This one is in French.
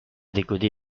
décoder